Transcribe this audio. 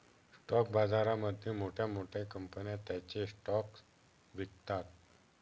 stock बाजारामध्ये मोठ्या मोठ्या कंपन्या त्यांचे स्टॉक्स विकतात